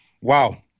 Wow